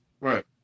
Right